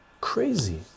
crazy